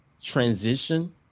transition